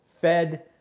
Fed